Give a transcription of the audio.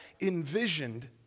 envisioned